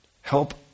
Help